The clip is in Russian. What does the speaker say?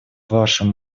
вашим